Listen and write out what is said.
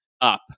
up